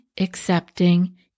accepting